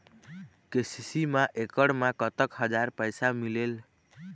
KCC मा एकड़ मा कतक हजार पैसा मिलेल?